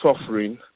suffering